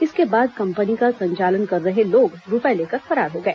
इसके बाद कंपनी का संचालन कर रहे लोग रूपए लेकर फरार हो गए